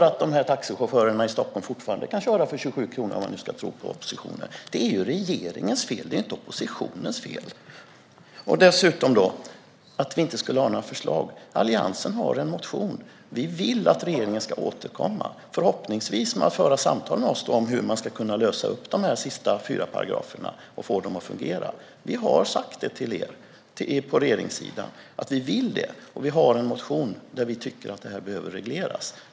Att taxichaufförer i Stockholm kan fortsätta att köra för 27 kronor, om man nu ska tro oppositionen, är regeringens fel, inte oppositionens. Ali Esbati säger att vi inte har några förslag. Alliansen har en motion. Vi vill att regeringen ska återkomma, förhoppningsvis om att föra samtal med oss om hur man ska lösa ut de sista fyra paragraferna och få dem att fungera. Vi har sagt till regeringssidan att vi vill det, och vi har en motion som säger att detta behöver regleras.